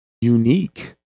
unique